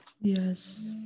Yes